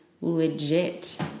legit